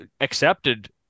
accepted